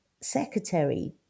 Secretary